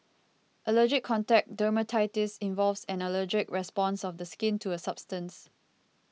allergic contact dermatitis involves an allergic response of the skin to a substance